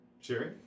Sherry